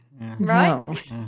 right